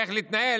איך להתנהל,